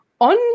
on